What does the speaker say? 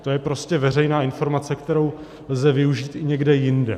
To je prostě veřejná informace, kterou lze využít i někde jinde.